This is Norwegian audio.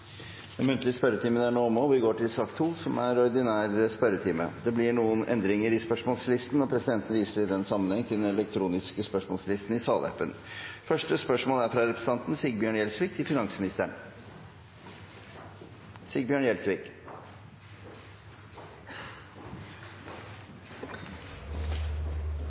Den muntlige spørretimen er over. Det blir noen endringer i den oppsatte spørsmålslisten, og presidenten viser i den sammenheng til den elektroniske spørsmålslisten i salappen. De foreslåtte endringene i dagens spørretime foreslås godkjent. – Det anses vedtatt. Endringene var som følger: Spørsmål 3, fra representanten Petter Eide til